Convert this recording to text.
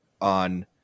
on